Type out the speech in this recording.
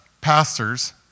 pastors